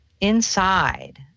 inside